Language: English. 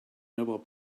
nobel